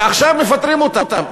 ועכשיו מפטרים אותם.